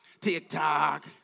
TikTok